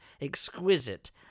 exquisite